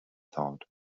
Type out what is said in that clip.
thought